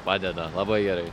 padeda labai gerai